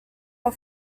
are